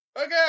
Okay